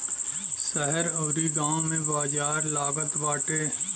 शहर अउरी गांव में बाजार लागत बाटे